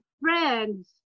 friends